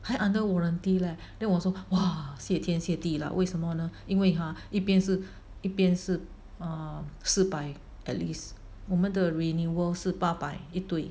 还 under warranty leh then 我说 !wah! 谢天谢地了为什么呢因为他 !huh! 一边是一边是 err 四百 at least 我们的 renewal 是八百一对